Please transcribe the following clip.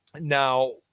Now